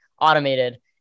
automated